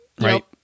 Right